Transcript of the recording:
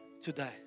today